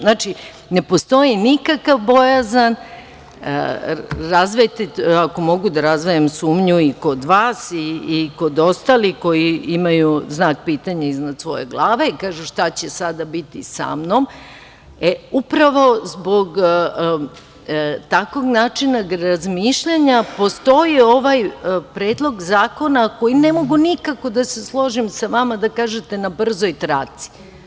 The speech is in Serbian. Znači, ne postoji nikakav bojazan, ako mogu da razdvojim sumnju i kod vas i kod ostalih koji imaju znak pitanja iznad svoje glave i kažu – šta će sada biti sa mnom, upravo zbog takvog načina razmišljanja postoji ovaj predlog zakona za koji ne mogu nikako da se složim sa vama da kažete na brzoj traci.